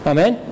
Amen